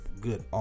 good –